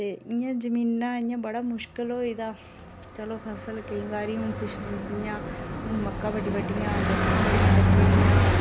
ते इयां जमीनां इयां बड़ा मुश्कल होई गेदा चलो फसल केईं बारी हुन किश जियां हुन मक्का बड्डी बड्डी जां बर्खां बड़ियां लग्गी दियां